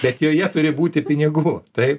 bet joje turi būti pinigų taip